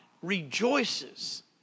rejoices